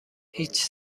هیچ